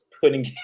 putting